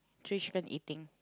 three chicken eating